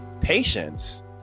patience